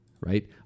right